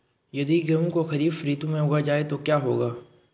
यदि गेहूँ को खरीफ ऋतु में उगाया जाए तो क्या होगा?